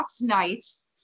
nights